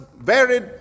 varied